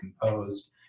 composed